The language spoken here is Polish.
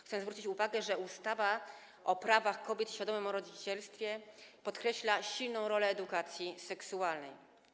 Chcę zwrócić uwagę, że ustawa o prawach kobiet i świadomym rodzicielstwie podkreśla silną rolę edukacji seksualnej.